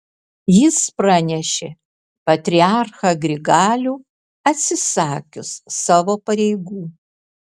jis pranešė patriarchą grigalių atsisakius savo pareigų